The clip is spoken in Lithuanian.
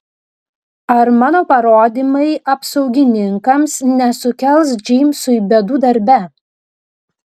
ar mano parodymai apsaugininkams nesukels džeimsui bėdų darbe